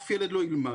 אף ילד לא ילמד.